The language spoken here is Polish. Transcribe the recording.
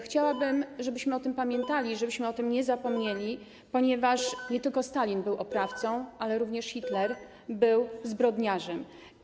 Chciałabym, żebyśmy o tym pamiętali, żebyśmy o tym nie zapomnieli, ponieważ nie tylko Stalin był oprawcą, ale również Hitler był zbrodniarzem.